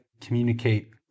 communicate